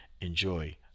Enjoy